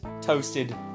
toasted